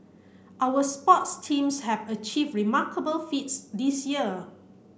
our sports teams have achieved remarkable feats this year